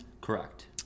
Correct